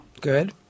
Good